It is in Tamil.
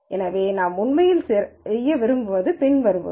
எனவே நாம் உண்மையில் செய்ய விரும்புவது பின்வருபவை